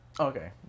okay